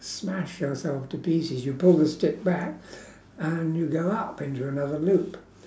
smash ourselves to pieces you pull the stick back and you go up into another loop